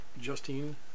Justine